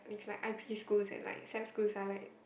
if like I P schools and like sap schools are like